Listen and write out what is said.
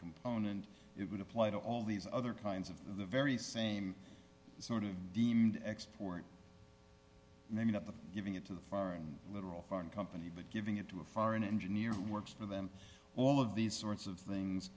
component it would apply to all these other kinds of the very same sort of export and then you know giving it to the foreign literal foreign company but giving it to a foreign engineer who works for them all of these sorts of things